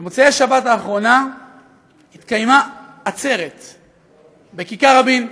במוצאי השבת האחרונה התקיימה עצרת בכיכר רבין.